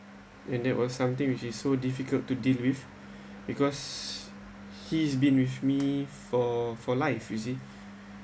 and that was something which is so difficult to deal with because he's been with me for for life you see